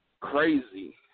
crazy